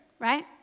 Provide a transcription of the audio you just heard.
right